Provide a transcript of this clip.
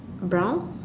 brown